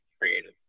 creative